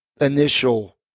initial